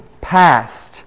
past